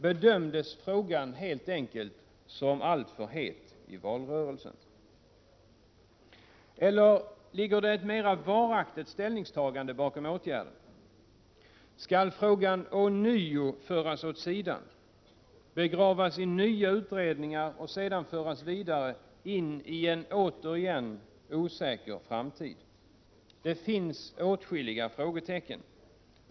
Bedömdes frågan helt enkelt som alltför het i valrörelsen eller ligger det ett mera varaktigt ställningstagande bakom åtgärden? Skall frågan ånyo föras åt sidan, begravas i nya utredningar och sedan föras vidare in i en ny osäker framtid? Det finns åtskilliga frågetecken.